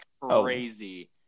crazy